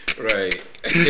Right